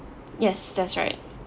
yes that's right